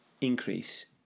increase